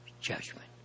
judgment